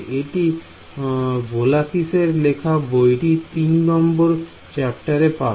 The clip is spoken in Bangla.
এটি ভোলাকিস এর লেখা বইটিতে তিন নম্বর চ্যাপ্টার এ পাবে